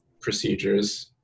procedures